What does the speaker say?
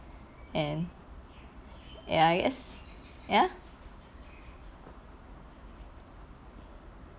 and ya I guess ya